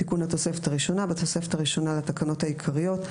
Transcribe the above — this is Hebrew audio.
תיקון התוספת הראשונהבתוספת הראשונה לתקנות העיקריות,